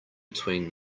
between